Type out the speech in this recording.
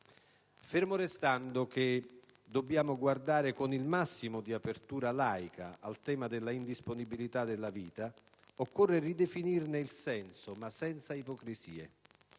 Fermo restando che dobbiamo guardare con il massimo di apertura laica al tema dell'indisponibilità della vita, occorre ridefinirne il senso, ma senza ipocrisie.